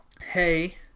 hey